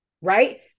Right